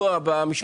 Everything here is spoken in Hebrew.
כך: